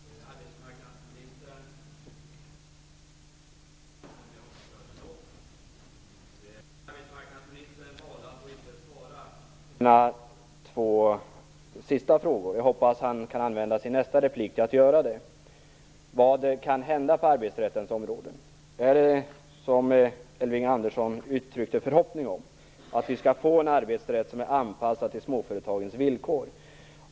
Herr talman! Arbetsmarknadsministern valde att inte svara på mina två sista frågor. Jag hoppas att han kan använda sin nästa replik till att göra det. Vad kan hända på arbetsrättens område? Är det så, som Elving Andersson uttryckte en förhoppning om, att vi skall få en arbetsrätt som anpassad till småföretagens villkor?